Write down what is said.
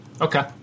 Okay